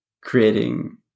creating